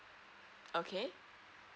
okay